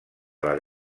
les